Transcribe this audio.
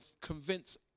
convince